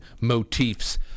motifs